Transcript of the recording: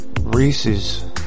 Reese's